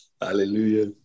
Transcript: Hallelujah